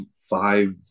five